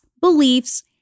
beliefs